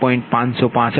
u If24 j1